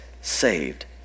saved